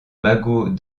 magot